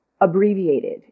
abbreviated